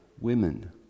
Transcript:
women